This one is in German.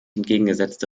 entgegengesetzte